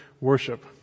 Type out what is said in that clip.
worship